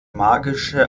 magische